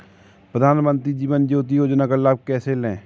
प्रधानमंत्री जीवन ज्योति योजना का लाभ कैसे लें?